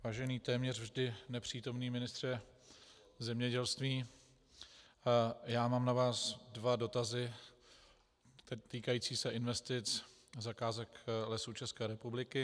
Vážený téměř vždy nepřítomný ministře zemědělství, já mám na vás dva dotazy týkající se investic, zakázek Lesů České republiky.